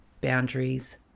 Boundaries